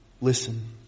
Listen